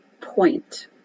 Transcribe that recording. point